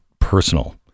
personal